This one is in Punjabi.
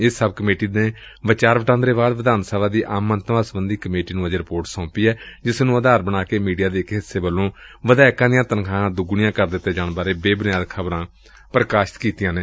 ਇਸ ਸਬ ਕਮੇਟੀ ਨੇ ਵਿਚਾਰ ਵਟਾਂਦਰੇ ਬਾਅਦ ਵਿਧਾਨ ਸਭਾ ਦੀ ਆਮ ਮੰਤਵਾਂ ਸਬੰਧੀ ਕਮੇਟੀ ਨੂੰ ਅਜੇ ਰਿਪੋਰਟ ਸੌਂਪੀ ਏ ਜਿਸ ਨੂੰ ਆਧਾਰ ਬਣਾ ਕੇ ਮੀਡੀਆ ਦੇ ਇਕ ਹਿੱਸੇ ਵੱਲੋਂ ਵਿਧਾਇਕਾਂ ਦੀਆਂ ਤਨਖ਼ਾਹਾਂ ਦੁੱਗਣੀਆਂ ਕਰ ਦਿੱਤੇ ਜਾਣ ਬਾਰੇ ਬੇਬੁਨਿਆਦ ਖ਼ਬਰਾਂ ਪ੍ਕਾਸ਼ਿਤ ਕੀਤੀਆਂ ਗਈਆਂ ਨੇ